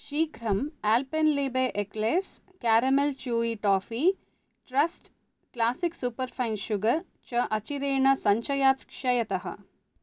शीघ्रं Alpenliebe eclairs caramel chewy toffee trust classic superfan sugar च अचिरेण सञ्चयात् क्षयतः